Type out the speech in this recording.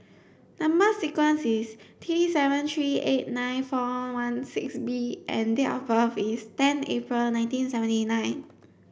number sequence is T seven three eight nine four one six B and date of birth is ten April nineteen seventy nine